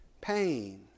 pain